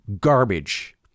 garbage